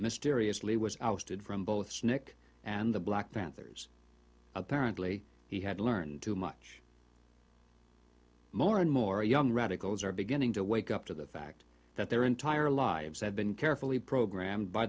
mysteriously was ousted from both snick and the black panthers apparently he had learned too much more and more young radicals are beginning to wake up to the fact that their entire lives have been carefully program